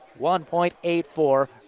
1.84